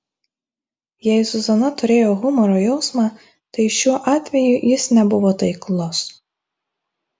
jei zuzana turėjo humoro jausmą tai šiuo atveju jis nebuvo taiklus